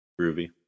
groovy